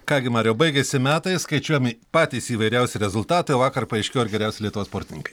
ką gi mariau baigėsi metai skaičiuojami patys įvairiausi rezultatai o vakar paaiškėjo ir geriausi lietuvos sportininkai